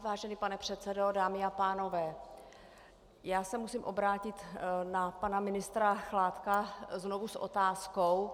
Vážený pane předsedo, dámy a pánové, já se musím obrátit na pana ministra Chládka znovu s otázkou.